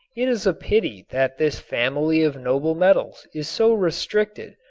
it is a pity that this family of noble metals is so restricted,